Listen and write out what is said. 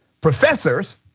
professors